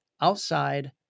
outside